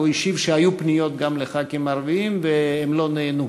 והוא השיב שהיו פניות גם לח"כים ערבים והן לא נענו.